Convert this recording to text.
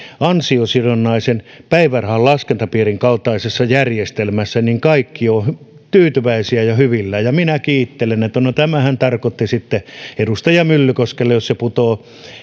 ansiosidonnaisen päivärahan laskentaperusteiden kaltaisessa järjestelmässä niin kaikki ovat tyytyväisiä ja hyvillään ja minä kiittelen että no tämähän tarkoitti sitten edustaja myllykoskelle jos se putoaa